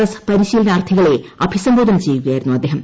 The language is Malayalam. എസ് പരിശീലനാർത്ഥികളെ അഭിസംബോധന ചെയ്യുകയായിരുന്നു അദ്ദേഹം